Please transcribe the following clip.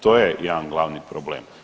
To je jedan glavni problem.